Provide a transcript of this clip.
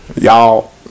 Y'all